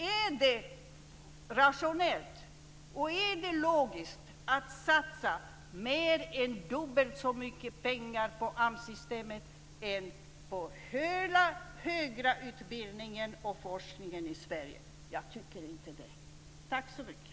Är det rationellt och logiskt att satsa mer än dubbelt så mycket pengar på AMS systemet än på hela den högre utbildningen och forskningen i Sverige? Jag tycker inte det. Tack så mycket.